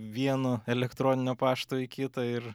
vieno elektroninio pašto į kitą ir